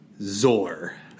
Zor